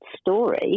story